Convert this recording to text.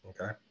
okay